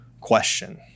question